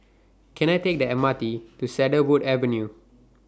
Can I Take The M R T to Cedarwood Avenue